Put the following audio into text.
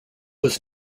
was